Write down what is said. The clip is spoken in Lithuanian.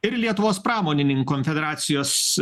ir lietuvos pramonininkų konfederacijos